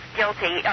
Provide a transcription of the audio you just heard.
guilty